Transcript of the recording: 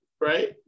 Right